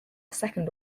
second